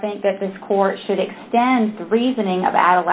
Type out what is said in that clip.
think that this court should extend the reasoning about